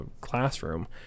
classroom